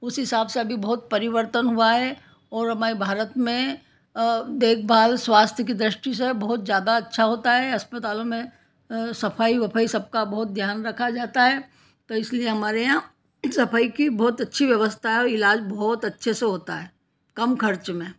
उस हिसाब से अभी बहुत परिवर्तन हुआ है ओर हमारे भारत में देखभाल स्वास्थ की द्रष्टि से बहुत ज़्यादा अच्छा होता है अस्पतालों में सफ़ाई वफ़ाई सबका बहुत ध्यान रखा जाता है तो इसलिए हमारे यहाँ सफ़ाई की बहुत अच्छी व्यवस्था है और इलाज बहुत अच्छे से होता है कम खर्च में